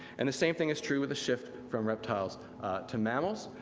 and the same thing is true with the shift from reptiles to mammals,